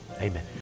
amen